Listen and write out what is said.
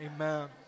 amen